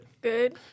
good